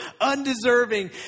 undeserving